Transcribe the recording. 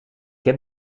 heb